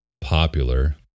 popular